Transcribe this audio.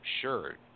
sure